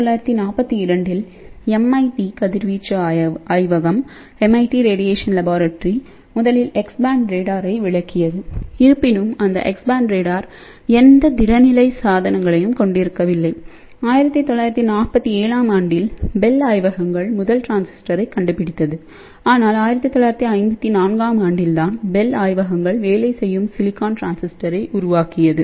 1942 இல் எம்ஐடி கதிர்வீச்சு ஆய்வகம் முதலில் எக்ஸ் பேண்ட் ரேடாரை விளக்கியது இருப்பினும் அந்த எக்ஸ் பேண்ட் ரேடார் எந்த திட நிலை சாதனங்களையும் கொண்டிருக்கவில்லை 1947 ஆம் ஆண்டில் பெல் ஆய்வகங்கள்முதல் டிரான்சிஸ்டரைக் கண்டுபிடித்தது ஆனால் 1954 ஆம் ஆண்டில் தான் பெல் ஆய்வகங்கள் வேலை செய்யும் சிலிக்கான் டிரான்சிஸ்டரை உருவாக்கியது